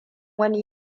wani